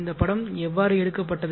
இந்த படம் எவ்வாறு எடுக்கப்பட்டது